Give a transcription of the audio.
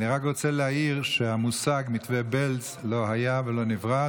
אני רק רוצה להעיר שהמושג "מתווה בעלז" לא היה ולא נברא,